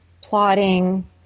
plotting